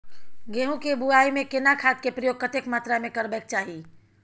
गेहूं के बुआई में केना खाद के प्रयोग कतेक मात्रा में करबैक चाही?